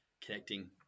connecting